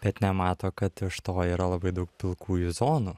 bet nemato kad už to yra labai daug pilkųjų zonų